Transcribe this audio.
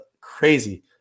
crazy